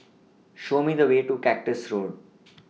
Show Me The Way to Cactus Road